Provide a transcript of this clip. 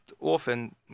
often